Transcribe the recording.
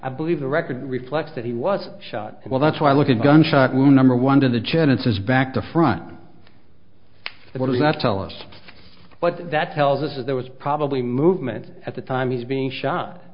i believe the record reflects that he was shot well that's why look at gunshot wound number one to the genesis back to front what does not tell us what that tells us that there was probably movement at the time he's being shot